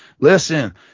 Listen